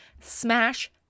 smash